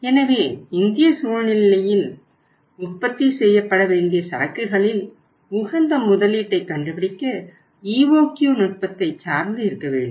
எனவே இந்திய சூழ்நிலையில் உற்பத்தி செய்யப்பட வேண்டிய சரக்குகளில் உகந்த முதலீட்டைக் கண்டுபிடிக்க EOQ நுட்பத்தை சார்ந்து இருக்க வேண்டும்